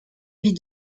vie